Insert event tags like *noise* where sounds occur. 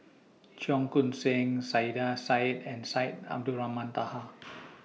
Cheong Koon Seng Saiedah Said and Syed Abdulrahman Taha *noise*